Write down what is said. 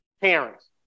Parents